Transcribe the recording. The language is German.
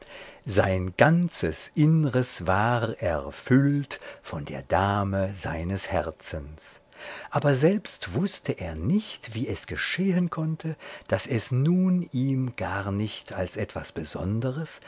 sein ganzes innres war erfüllt von der dame seines herzens aber selbst wußte er nicht wie es geschehen konnte daß es nun ihm gar nicht als etwas besonderes